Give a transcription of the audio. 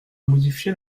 modifié